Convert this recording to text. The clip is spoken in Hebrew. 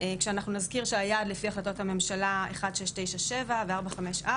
כשאנחנו נזכיר שהיעד לפי החלטת הממשלה 1697 ו-454,